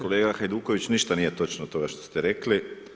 Kolega Hajduković ništa nije točno od toga što ste rekli.